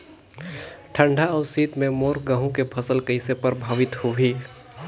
ठंडा अउ शीत मे मोर गहूं के फसल कइसे प्रभावित होही?